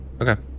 Okay